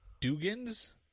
Dugans